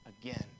again